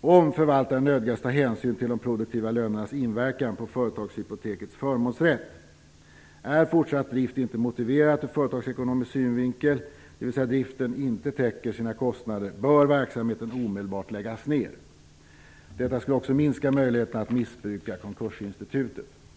om förvaltaren nödgas ta hänsyn till de produktiva lönernas inverkan på företagshypotekets förmånsrätt. Är fortsatt drift inte motiverad ur företagsekonomisk synvinkel, dvs. om driften inte täcker sina kostnader, bör verksamheten omedelbart läggas ned. Detta skulle också minska möjligheterna att missbruka konkursinstitutet. Herr talman!